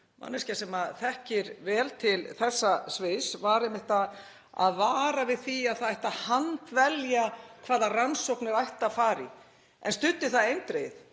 manneskja sem þekkir vel til þessa sviðs, var að vara við því að það ætti að handvelja hvaða rannsóknir ætti að fara í en studdi það eindregið